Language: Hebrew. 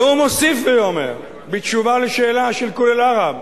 והוא מוסיף ואומר בתשובה על שאלה של "כל אל-ערב":